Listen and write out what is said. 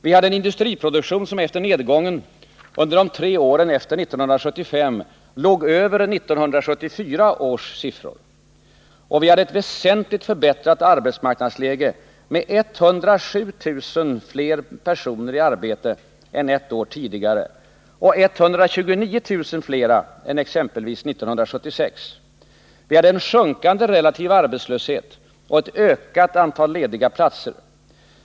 Vi hade en industriproduktion som efter nedgången under de tre åren efter 1975 låg över 1974 års siffror. Och vi hade ett väsentligt förbättrat arbetsmarknadsläge med 107 000 fler personer i arbete än ett år tidigare och 129 000 fler än exempelvis 1976, en sjunkande relativ arbetslöshet och ett ökat antal lediga platser.